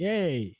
Yay